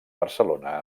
barcelona